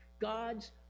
God's